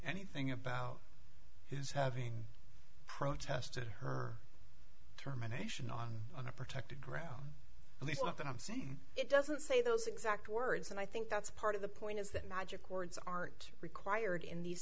anything about his having protested her terminations on a protected ground at least not that i'm saying it doesn't say those exact words and i think that's part of the point is that magic words aren't required in these